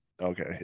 okay